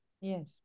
Yes